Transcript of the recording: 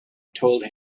told